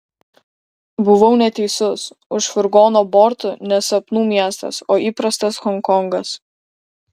buvau neteisus už furgono bortų ne sapnų miestas o įprastas honkongas